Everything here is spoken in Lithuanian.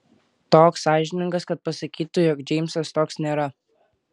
toks sąžiningas kad pasakytų jog džeimsas toks nėra